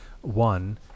one